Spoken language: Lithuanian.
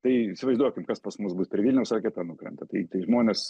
tai įsivaizduokim kas pas mus bus prie vilniaus raketa nukrenta tai žmonės